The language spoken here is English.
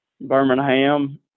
Birmingham